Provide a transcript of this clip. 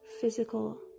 physical